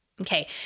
Okay